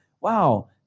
Wow